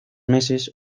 meses